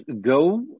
go